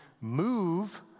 move